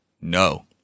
No